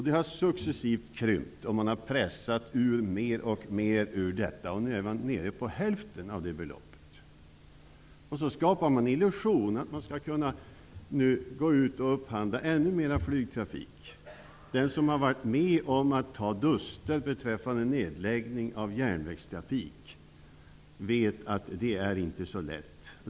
Det har successivt krympt, och man har pressat ur mer och mer ur detta, och nu är man nere på hälften av det beloppet. Så skapar man en illusion av att man skall kunna gå ut och upphandla ännu mer flygtrafik. Den som har varit med om att ta duster beträffande nedläggning av järnvägstrafik vet att det inte är så lätt.